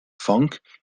funk